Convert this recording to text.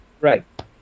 Right